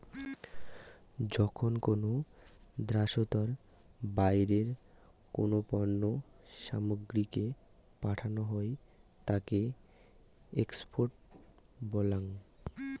যখন কোনো দ্যাশোতর বাইরে কোনো পণ্য সামগ্রীকে পাঠানো হই তাকে এক্সপোর্ট বলাঙ